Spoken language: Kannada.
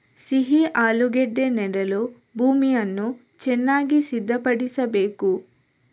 ಸಿಹಿ ಆಲೂಗೆಡ್ಡೆ ನೆಡಲು ಭೂಮಿಯನ್ನು ಚೆನ್ನಾಗಿ ಸಿದ್ಧಪಡಿಸಬೇಕು